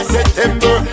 September